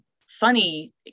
funny